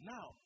Now